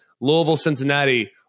Louisville-Cincinnati